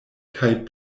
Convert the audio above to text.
kaj